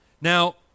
Now